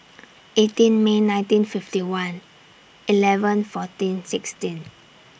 eighteen May nineteen fifty one eleven fourteen sixteen